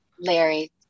Larry